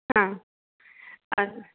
हा अ